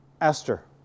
Esther